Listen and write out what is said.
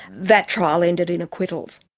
that trial ended in acquittals.